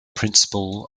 principle